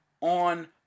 on